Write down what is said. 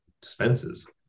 dispenses